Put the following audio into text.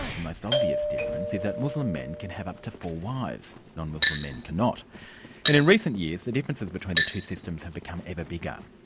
the most obvious difference is that muslim men can have up to four wives. non-muslim men cannot. and in recent years the differences between the two systems have become ever bigger.